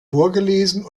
vorgelesen